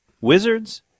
Wizards